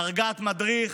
דרגת מדריך,